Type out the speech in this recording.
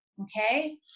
Okay